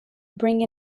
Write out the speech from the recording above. bring